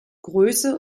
größe